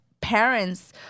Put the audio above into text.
parents